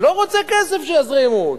לא רוצה כסף שיזרימו.